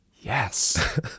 Yes